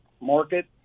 market